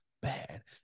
bad